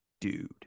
dude